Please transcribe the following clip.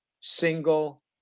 single